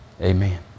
amen